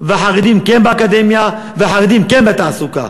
והחרדים כן באקדמיה, והחרדים כן בתעסוקה.